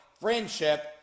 friendship